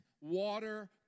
water